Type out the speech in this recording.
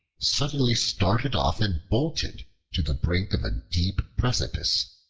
suddenly started off and bolted to the brink of a deep precipice.